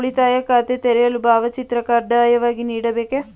ಉಳಿತಾಯ ಖಾತೆ ತೆರೆಯಲು ಭಾವಚಿತ್ರ ಕಡ್ಡಾಯವಾಗಿ ನೀಡಬೇಕೇ?